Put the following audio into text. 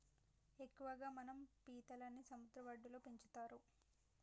ఎక్కువగా మనం పీతలని సముద్ర వడ్డులో పెంచుతరు